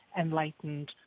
enlightened